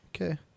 Okay